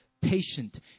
patient